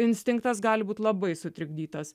instinktas gali būt labai sutrikdytas